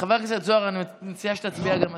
חבר הכנסת זוהר, אני מציעה שתצביע גם אתה.